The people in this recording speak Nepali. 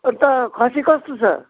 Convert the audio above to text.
अन्त खसी कस्तो छ